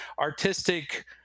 artistic